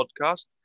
podcast